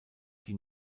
die